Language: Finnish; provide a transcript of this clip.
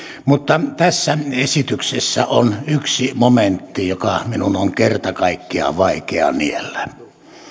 mutta tässä esityksessä on yksi momentti joka minun on kerta kaikkiaan vaikea niellä